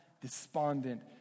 despondent